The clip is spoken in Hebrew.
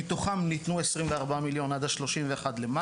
מתוכם נתנו 24 מיליון עד ה-31.במאי.